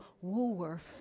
woolworth